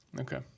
Okay